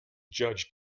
judge